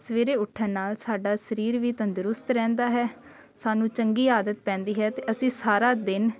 ਸਵੇਰੇ ਉੱਠਣ ਨਾਲ ਸਾਡਾ ਸਰੀਰ ਵੀ ਤੰਦਰੁਸਤ ਰਹਿੰਦਾ ਹੈ ਸਾਨੂੰ ਚੰਗੀ ਆਦਤ ਪੈਂਦੀ ਹੈ ਅਤੇ ਅਸੀਂ ਸਾਰਾ ਦਿਨ